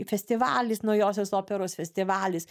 festivalis naujosios operos festivalis